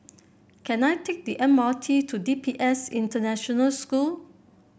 can I take the M R T to D P S International School